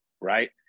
right